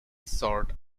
sort